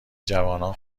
جوانان